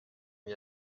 m’y